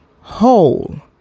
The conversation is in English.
whole